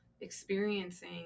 experiencing